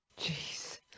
Jeez